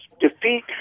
defeat